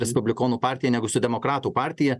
respublikonų partiją negu su demokratų partija